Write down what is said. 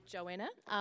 Joanna